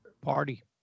party